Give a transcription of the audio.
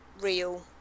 real